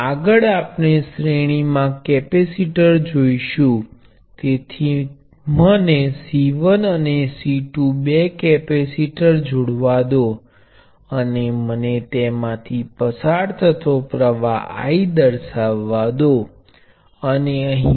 તેથી ચાલો કહીએ કે તમારી પાસે આ બે ટર્મિનલ્સ છે અને મારી પાસે સંખ્યાબંધ પ્રવાહ સ્રોતો I 1 I 2 I 3 અને IN સુધી છે તેથી કહેવા માટે મારી પાસે સમાંતર N પ્રવાહ સ્ત્રોતો છે